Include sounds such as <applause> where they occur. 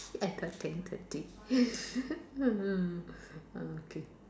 I thought ten thirty <laughs> mm ah okay